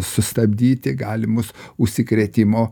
sustabdyti galimus užsikrėtimo